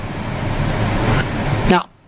Now